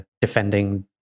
defending